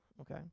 okay